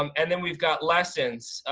um and then we've got lessons.